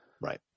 right